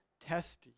test